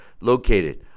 located